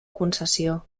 concessió